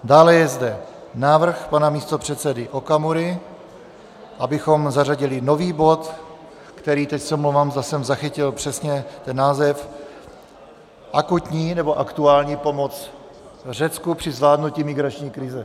Dále je zde návrh pana místopředsedy Okamury, abychom zařadili nový bod, který teď se omlouvám, zda jsem zachytil přesně ten název akutní nebo aktuální pomoc Řecku při zvládnutí migrační krize.